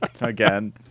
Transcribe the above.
again